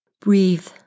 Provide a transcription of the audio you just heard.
Breathe